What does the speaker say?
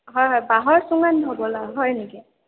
হয় হয় বাঁহৰ চুঙাত হ'বলা হয় নেকি